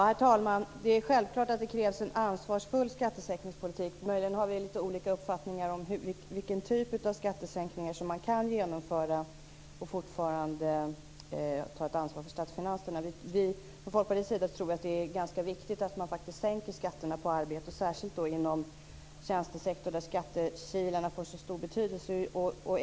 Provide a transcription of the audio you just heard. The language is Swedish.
Herr talman! Självfallet krävs en ansvarsfull skattesänkningspolitik. Möjligen har vi litet olika uppfattningar om vilken typ av skattesänkningar som man kan genomföra och fortfarande ta ansvar för statsfinanserna. Från Folkpartiets sida tror vi att det är viktigt att faktiskt sänka skatterna på arbete, särskilt inom tjänstesektorn där skattekilarna får så stor betydelse.